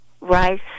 Rice